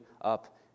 up